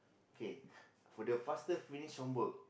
okay for the faster finish homework